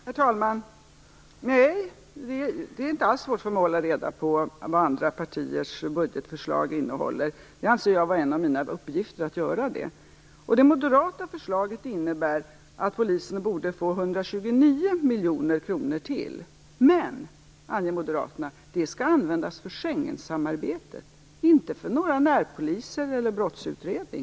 Herr talman! Det är inte alls svårt för mig att hålla reda på vad andra partiers budgetförslag innehåller. Jag anser att det är en av mina uppgifter att göra det. Det moderata förslaget innebär att polisen borde få 129 miljoner kronor till. Men, säger moderaterna, de pengarna skall användas till Schengensamarbetet, inte till närpoliser eller till brottsutredning.